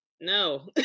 No